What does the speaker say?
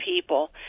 people